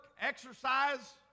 exercise